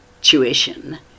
tuition